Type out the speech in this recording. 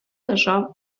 лежав